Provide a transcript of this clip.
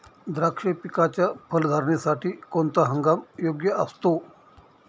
द्राक्ष पिकाच्या फलधारणेसाठी कोणता हंगाम योग्य असतो?